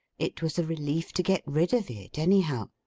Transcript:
it was a relief to get rid of it, anyhow.